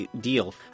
deal